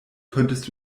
könntest